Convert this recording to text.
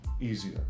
easier